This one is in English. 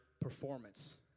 performance